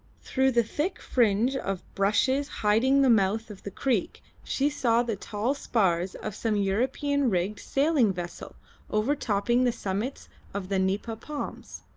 through the thick fringe of bushes hiding the mouth of the creek she saw the tall spars of some european-rigged sailing vessel overtopping the summits of the nipa palms.